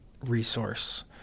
resource